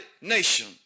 nation